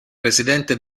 presidente